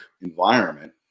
environment